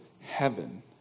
heaven